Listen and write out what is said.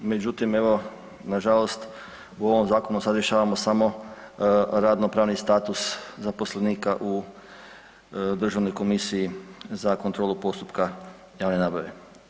Međutim, evo nažalost u ovom zakonu sad rješavamo samo radno pravni status zaposlenika u Državnoj komisiji za kontrolu postupka javne nabave.